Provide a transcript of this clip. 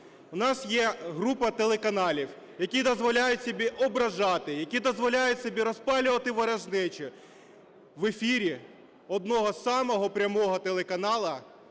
В нас є група телеканалів, які дозволяють собі ображати, які дозволяють собі розпалювати ворожнечу. В ефірі одного самого прямого телеканалу